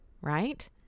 right